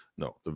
No